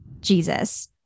Jesus